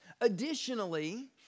Additionally